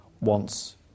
wants